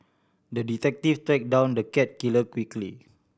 the detective tracked down the cat killer quickly